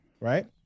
right